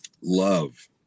Love